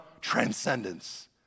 transcendence